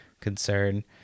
concern